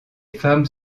femmes